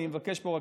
אני מבקש פה רק,